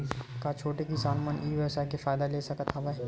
का छोटे किसान मन ई व्यवसाय के फ़ायदा ले सकत हवय?